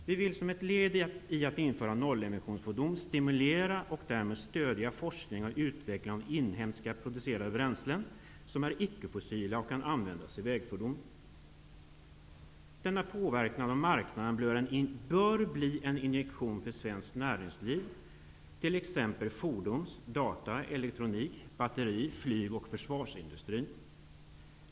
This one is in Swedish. Vi vill som ett led i att införa nollemissionsfordon stimulera och därmed stödja forskning och utveckling av inhemskt producerade bränslen, som är ickefossila och som kan användas i vägfordon. Denna påverkan av marknaden bör bli en injektion för svenskt näringsliv, t.ex. fordons-, data-, elektronik-, batteri-, flyg och försvarsindustrin.